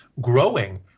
growing